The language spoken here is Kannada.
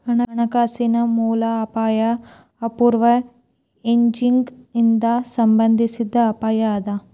ಹಣಕಾಸಿನ ಮೂಲ ಅಪಾಯಾ ಅಪೂರ್ಣ ಹೆಡ್ಜಿಂಗ್ ಇಂದಾ ಸಂಬಂಧಿಸಿದ್ ಅಪಾಯ ಅದ